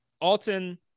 Alton